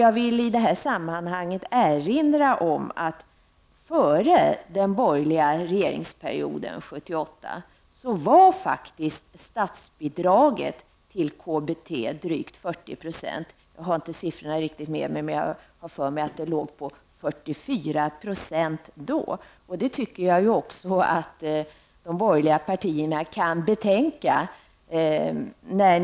Jag vill i det sammanhanget påminna om att före den borgerliga regeringsperioden, 1978, var faktiskt statsbidraget till KBT drygt 40 %. Jag har inte siffrorna med mig, men jag tror att det låg på 44 % då. Det tycker jag också att de borgerliga partierna bör betänka.